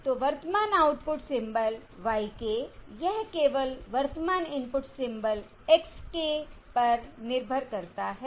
तो वर्तमान output symbol y k यह केवल वर्तमान इनपुट सिंबल x k पर निर्भर करता है